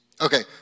Okay